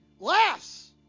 laughs